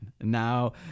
Now